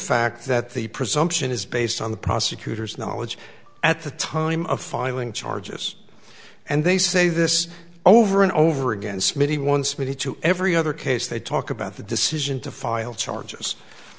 fact that the presumption is based on the prosecutor's knowledge at the time of filing charges and they say this over and over again smitty once made it to every other case they talk about the decision to file charges